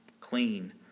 Clean